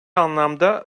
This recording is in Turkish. anlamda